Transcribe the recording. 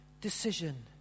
decision